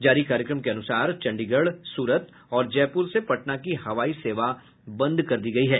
जारी कार्यक्रम के अनुसार चंडीगढ़ सूरत और जयपुर से पटना की हवाई सेवा बंद कर दी गयी है